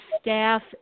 staff